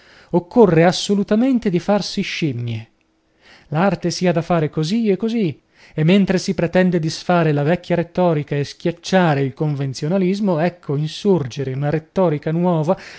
occorre assolutamente di farsi scimmie l'arte si ha da fare così e così e mentre si pretende disfare la vecchia rettorica e schiacciare il convenzionalismo ecco insorgere una rettorica nuova